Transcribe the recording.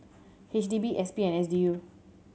H D B S P and S D U